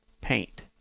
paint